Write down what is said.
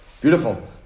Beautiful